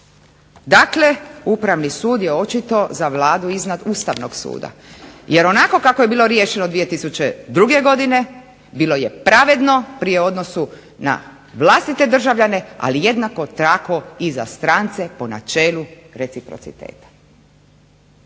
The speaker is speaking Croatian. Dakle, Upravni sud je očito za Vladu iznad Ustavnog suda jer onako kako je bilo riješeno 2002. godine bilo je pravedno pri odnosu na vlastite državljane, ali jednako tako i za strance po načelu reciprociteta.